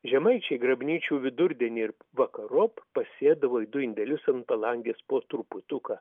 žemaičiai grabnyčių vidurdienį ir vakarop sėdavo į du indelius ant palangės po truputuką